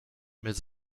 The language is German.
mit